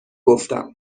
گفتم